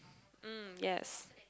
mm yes